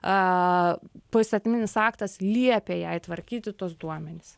a poįstatyminis aktas liepė jai tvarkyti tuos duomenis